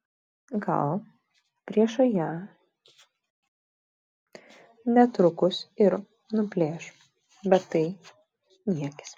gal priešai ją netrukus ir nuplėš bet tai niekis